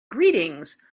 greetings